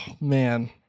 man